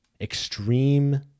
extreme